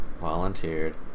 volunteered